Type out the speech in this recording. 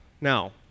Now